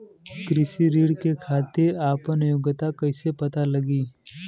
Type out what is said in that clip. कृषि ऋण के खातिर आपन योग्यता कईसे पता लगी?